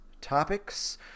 topics